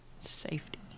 Safety